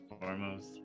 foremost